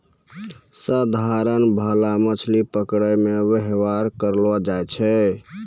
साधारण भाला मछली पकड़ै मे वेवहार करलो जाय छै